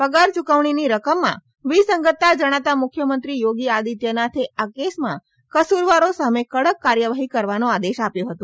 પગાર ચૂકવણીની રકમમાં વિસંગતતા જણાતા મુખ્યમંત્રી યોગી આદિત્યનાથે આ કેસમાં કસુરવારો સામે કડક કાર્યવાહી કરવાનો આદેશ આપ્યો હતો